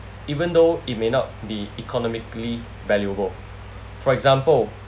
even though it may not be economically valuable for example